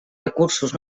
recursos